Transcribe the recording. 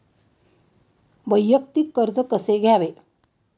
वैयक्तिक कर्ज कसे घ्यावे?